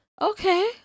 okay